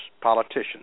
politicians